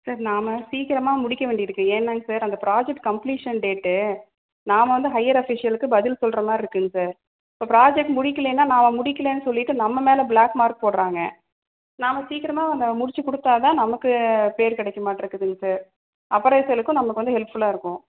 sir நாம சீக்கிரமாக முடிக்க வேண்டியிருக்கு ஏன்னாங்க சார் அந்த ப்ராஜெக்ட் கம்ப்ளீஷன் டேட்டு நாம வந்து ஹையர் ஆஃபீஸியலுக்கு பதில் சொல்ற மாதிரி இருக்குங்க சார் இப்போ ப்ராஜெக்ட் முடிக்கலனா நாம முடிக்கலன்னு சொல்லிவிட்டு நம்ம மேலே பிளாக் மார்க் போட்றாங்க நாம சீக்கிரமாக நம்ம முடிச்சு கொடுத்தா தான் நமக்கு பேர் கிடைக்கும் மாட்டுக்கிருதுங்க சார் அப்பரைசல்க்கும் நமக்கு வந்து ஹெல்ப் ஃபுல்லாக இருக்கும்